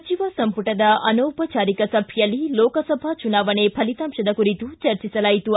ಸಚಿವ ಸಂಪುಟದ ಅನೌಪಚಾರಿಕ ಸಭೆಯಲ್ಲಿ ಲೋಕಸಭಾ ಚುನಾವಣೆ ಫಲಿತಾಂಶದ ಕುರಿತು ಚರ್ಚಿಸಲಾಯಿತು